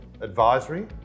advisory